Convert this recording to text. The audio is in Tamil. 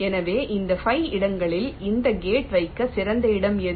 எனவே இந்த 5 இடங்களில் இந்த கேட்வைக்க சிறந்த இடம் எது